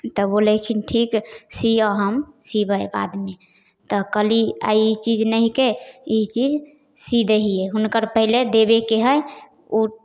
तऽ बोलै हकिन ठीक सिअऽ हम सिबै बादमे तऽ कहली आइ ई चीज नहि हिकै ई चीज सी दै हिए हुनकर पहिले देबेके हइ ओ